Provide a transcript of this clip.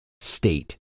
state